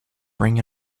bring